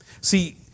See